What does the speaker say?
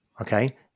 okay